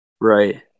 Right